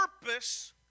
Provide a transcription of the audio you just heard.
purpose